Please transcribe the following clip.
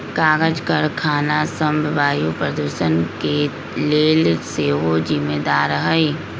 कागज करखना सभ वायु प्रदूषण के लेल सेहो जिम्मेदार हइ